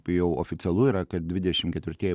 jau oficialu yra kad dvidešim ketvirtieji